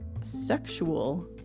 sexual